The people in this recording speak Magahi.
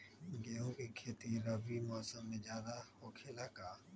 गेंहू के खेती रबी मौसम में ज्यादा होखेला का?